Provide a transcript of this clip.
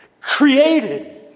created